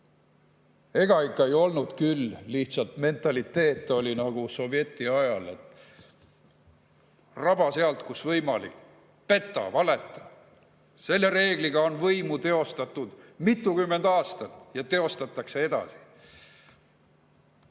Ega ikka ei olnud küll, lihtsalt mentaliteet oli nagu sovetiajal, et raba sealt, kust võimalik, peta, valeta. Selle reegli alusel on võimu teostatud mitukümmend aastat ja teostatakse edasi.